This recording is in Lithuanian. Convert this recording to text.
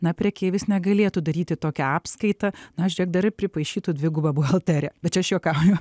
na prekeivis negalėtų daryti tokią apskaitą na žiūrėk dar pripaišytų dvigubą buhalteriją bet čia aš juokauju